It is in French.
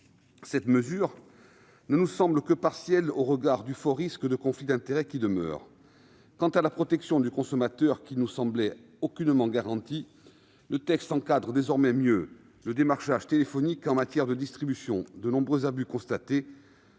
cette mesure ne nous semble que partielle au regard du fort risque de conflits d'intérêts qui demeure. La protection du consommateur ne nous semblait aucunement garantie. Le texte encadre désormais mieux le démarchage téléphonique en matière de distribution. De nombreux abus ont été